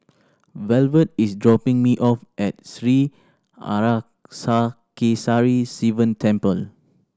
Velvet is dropping me off at Sri Arasakesari Sivan Temple